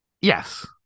Yes